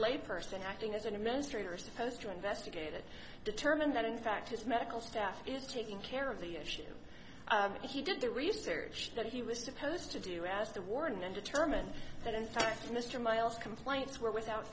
lay person acting as an administrator supposed to investigate it determine that in fact his medical staff is taking care of the issue he did the research that he was supposed to do as the war and then determined that in fact mr miles complaints were without